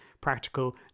practical